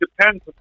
depends